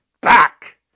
back